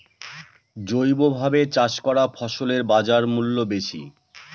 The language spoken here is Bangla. জৈবভাবে চাষ করা ফসলের বাজারমূল্য বেশি